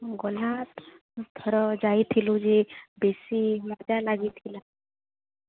ହୁଁ ଗଲା ଥର ଯାଇଥିଲୁ ଯେ ବେଶୀ ମଜା ଲାଗିଥିଲା